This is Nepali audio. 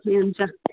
ए हुन्छ